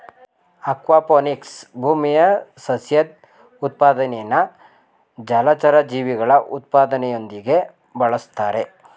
aquaponics ಭೂಮಿಯ ಸಸ್ಯದ್ ಉತ್ಪಾದನೆನಾ ಜಲಚರ ಜೀವಿಗಳ ಉತ್ಪಾದನೆಯೊಂದಿಗೆ ಬೆಳುಸ್ತಾರೆ